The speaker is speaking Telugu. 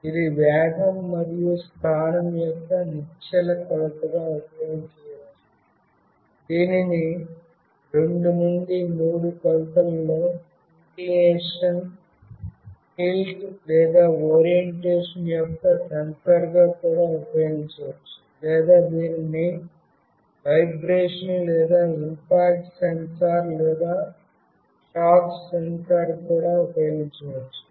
ఇది వేగం మరియు స్థానం యొక్క నిశ్చల కొలతగా ఉపయోగించవచ్చు దీనిని 2 నుండి 3 కొలతలలో ఇంక్లినషన్ టిల్ట్ లేదా ఓరియెంటేషన్ యొక్క సెన్సార్గా కూడా ఉపయోగించవచ్చు లేదా దీనిని వైబ్రేషన్ లేదా ఇంపాక్ట్ సెన్సార్ లేదా షాక్ సెన్సార్గా కూడా ఉపయోగించవచ్చు